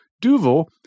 Duval